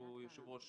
יושב-ראש